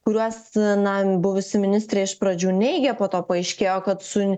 kuriuos na buvusi ministrė iš pradžių neigė po to paaiškėjo kad su